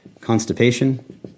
constipation